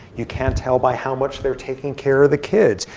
you can't tell by how much they're taking care of the kids.